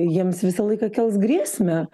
jiems visą laiką kels grėsmę